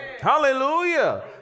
Hallelujah